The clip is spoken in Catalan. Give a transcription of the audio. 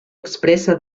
expressa